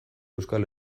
euskal